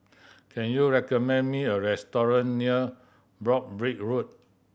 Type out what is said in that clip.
can you recommend me a restaurant near Broabrick Road